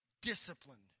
disciplined